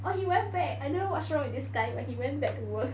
oh he went back I don't know what's wrong with this guy but he went back to work